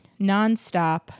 nonstop